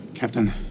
Captain